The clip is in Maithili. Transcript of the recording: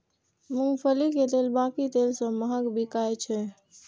मूंगफली के तेल बाकी तेल सं महग बिकाय छै